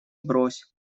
брось